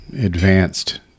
advanced